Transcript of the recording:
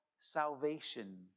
salvation